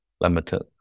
Limited